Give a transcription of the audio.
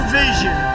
vision